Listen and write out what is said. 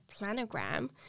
planogram